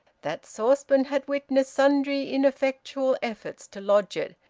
that saucepan had witnessed sundry ineffectual efforts to lodge it,